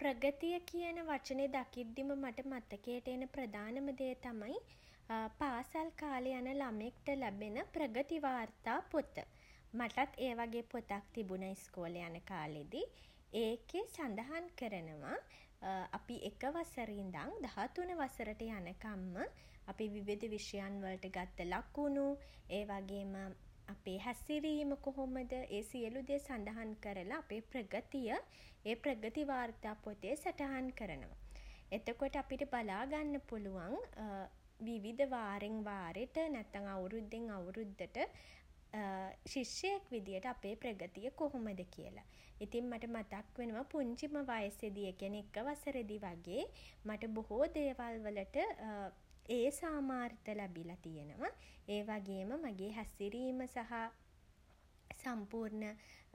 ප්‍රගතිය කියන වචනේ දකිද්දිම මට මතකයට එන ප්‍රධානම දේ තමයි පාසල් කාලේ යන ළමයෙක්ට ලැබෙන ප්‍රගති වාර්තා පොත. මටත් ඒ වගේ පොතක් තිබුණා ඉස්කෝලේ යන කාලේදී. ඒකේ සඳහන් කරනවා අපි එක වසරේ ඉඳන් දහ තුන වසරට යනකම්ම අපි විවිධ විෂයන් වලට ගත්ත ලකුණු. ඒ වගේම අපේ හැසිරීම කොහොමද ඒ සියලු දේ සඳහන් කරලා අපේ ප්‍රගතිය ඒ ප්‍රගති වාර්තා පොතේ සටහන් කරනවා. එතකොට අපිට බලාගන්න පුළුවන් විවිධ වාරෙන් වාරෙට නැත්නම් අවුරුද්දෙන් අවුරුද්දට ශිෂ්‍යයෙක් විදිහට අපේ ප්‍රගතිය කොහොමද කියල. ඉතින් මට මතක් වෙනවා පුංචිම වයසෙදි ඒ කියන්නේ එක වසරෙදි වගේ මට බොහෝ දේවල් වලට ඒ සාමාර්ථ ලැබිල තියෙනව. ඒ වගේම මගේ හැසිරීම සහ සම්පූර්ණ